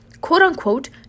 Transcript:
quote-unquote